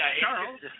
Charles